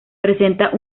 presenta